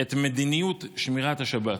את מדיניות שמירת השבת.